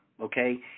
okay